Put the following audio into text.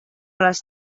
les